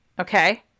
Okay